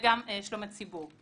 וגם שלום הציבור.